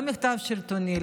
לא מחטף שלטוני,